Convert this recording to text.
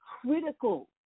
critical